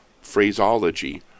phraseology